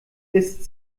ist